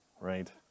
right